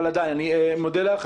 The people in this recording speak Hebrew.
אני מודה לך.